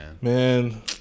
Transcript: man